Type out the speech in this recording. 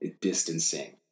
distancing